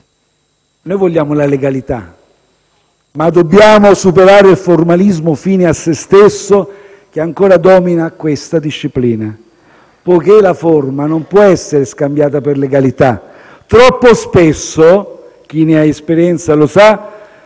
Noi vogliamo la legalità, ma dobbiamo superare il formalismo fine a se stesso che ancora domina questa disciplina, poiché la forma non può essere scambiata per legalità. Troppo spesso - chi ne ha esperienza lo sa